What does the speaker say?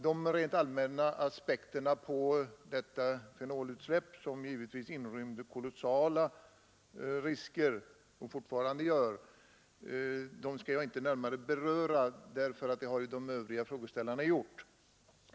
De rent allmänna aspekterna på detta fenolutsläpp, som givetvis inrymde och fortfarande inrymmer kolossala risker, skall jag inte närmare beröra, eftersom de övriga frågeställarna har gjort det.